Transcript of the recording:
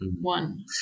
one